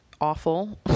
awful